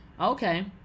Okay